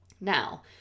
Now